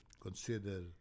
consider